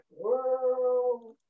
whoa